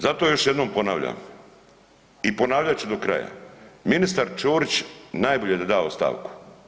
Zato još jednom ponavljam i ponavljat ću do kraja, ministar Ćorić najbolje da da ostavku.